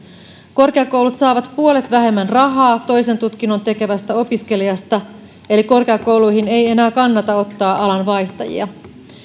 korkeakoulut saavat puolet vähemmän rahaa toisen tutkinnon tekevästä opiskelijasta eli korkeakouluihin ei enää kannata ottaa alanvaihtajia